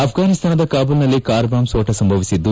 ಆಫ್ರಾನಿಸ್ತಾನದ ಕಾಬೂಲ್ನಲ್ಲಿ car bomb ಸ್ತೋಟ ಸಂಭವಿಸಿದ್ದು